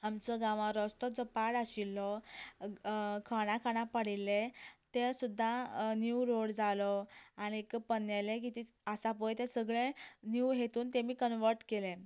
आमचो गांवां रस्तो जो पाड आशिल्लो खणां खणां पडिल्ले ते सुद्दां न्यू रोड जालो आनीक पोन्नेले कितें आसा पय ते सगळे न्यू हेतून तेमी कन्वर्ट केले